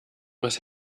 was